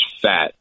fat